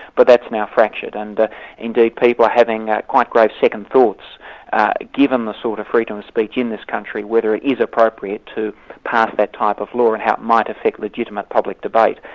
but that's now fractured and indeed, people are having quite grave second thoughts given the sort of freedom of speech in this country, whether it is appropriate to pass that type of law, and how it might affect legitimate public debate.